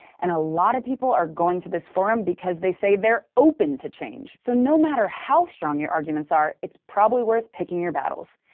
and a lot of people are going to this forum because they say they're open to change! so no matter how strong your arguments are, it's probably worth picking your battles.